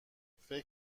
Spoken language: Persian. فکر